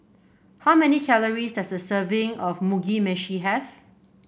how many calories does a serving of Mugi Meshi have